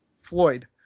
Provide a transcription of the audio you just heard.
Floyd